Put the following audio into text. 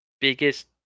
biggest